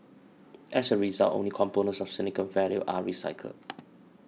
as a result only components of significant value are recycled